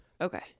okay